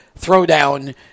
throwdown